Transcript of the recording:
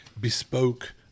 bespoke